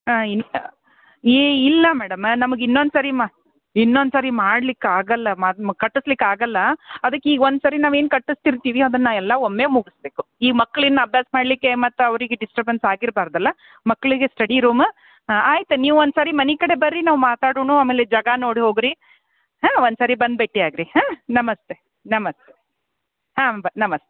ಹಾಂ ಇಲ್ಲ ಇಲ್ಲ ಮೇಡಮ್ಮ ನಮಗೆ ಇನ್ನೊಂದು ಸಾರಿ ಮಾ ಇನ್ನೊಂದು ಸಾರಿ ಮಾಡಲಿಕ್ಕಾಗಲ್ಲ ಮಾ ಅದು ಕಟ್ಟಿಸ್ಲಿಕ್ಕಾಗಲ್ಲ ಅದಕ್ಕೆ ಈಗ ಒಂದು ಸಾರಿ ನಾವು ಏನು ಕಟ್ಟಿಸ್ತಿರ್ತೀವಿ ಅದನ್ನು ಎಲ್ಲ ಒಮ್ಮೆ ಮುಗಿಸ್ಬೇಕು ಈ ಮಕ್ಳು ಇನ್ನು ಅಭ್ಯಾಸ ಮಾಡಲಿಕ್ಕೆ ಮತ್ತೆ ಅವರಿಗೆ ಡಿಸ್ಟೆರ್ಬೆನ್ಸ್ ಆಗಿರ್ಬಾರ್ದಲ್ವ ಮಕ್ಕಳಿಗೆ ಸ್ಟಡಿ ರೂಮ ಆಯ್ತು ನೀವು ಒಂದು ಸಾರಿ ಮನೆ ಕಡೆ ಬನ್ರಿ ನಾವು ಮಾತಾಡೋಣ ಆಮೇಲೆ ಜಾಗ ನೋಡಿ ಹೋಗಿರಿ ಹಾಂ ಒಂದು ಸಾರಿ ಬಂದು ಭೇಟಿ ಆಗಿರಿ ಹಾಂ ನಮಸ್ತೆ ನಮಸ್ತೆ ಹಾಂ ಬ ನಮಸ್ತೆ